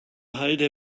halde